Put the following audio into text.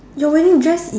your wedding dress